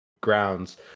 grounds